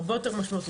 הרבה יותר משמעותית,